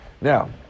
Now